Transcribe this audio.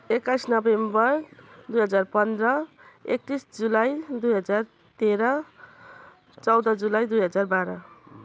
एक्काइस नोभेम्बर दुई हजार पन्ध्र एक्तिस जुलाई दुई हजार तेह्र चौध जुलाई दुई हजार बाह्र